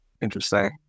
Interesting